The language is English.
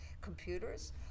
computers